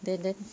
then then